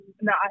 no